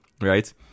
right